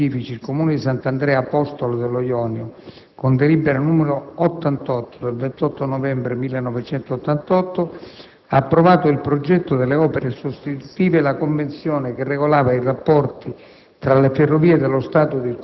quando, a seguito di accordi specifici, il Comune di Sant'Andrea Apostolo dello Jonio, con delibera n. 88 del 28 novembre 1988, ha approvato il progetto delle opere sostitutive e la convenzione che regolava i rapporti